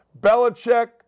Belichick